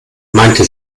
meinte